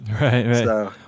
right